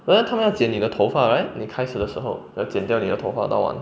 but then 他们要剪你的头发 right 你开始的时候要剪掉你的头发到完